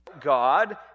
God